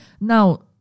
Now